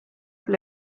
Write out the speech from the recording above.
ble